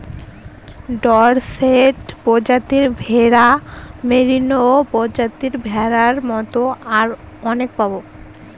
Dorset প্রজাতির ভেড়া, merino প্রজাতির ভেড়ার মতো অনেক পাবো